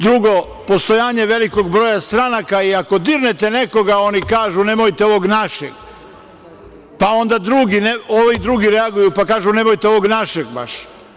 Drugo, postojanje velikog broja stranaka i ako dirnete nekoga, oni kažu – nemojte ovog našeg, pa onda drugi reaguju pa kažu – nemojte ovog našeg baš.